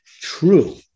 true